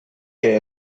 que